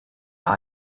are